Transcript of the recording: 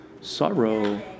sorrow